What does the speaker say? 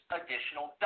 additional